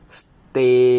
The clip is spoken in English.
stay